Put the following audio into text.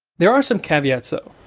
there are some caveats though.